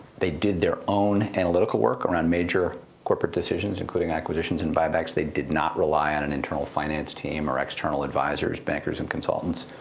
they did their own analytical work around major corporate decisions, including acquisitions and buybacks. they did not rely on an internal finance team or external advisers, bankers, and consultants.